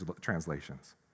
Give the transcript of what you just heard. translations